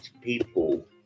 people